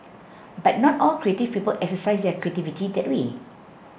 but not all creative people exercise their creativity that way